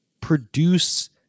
produce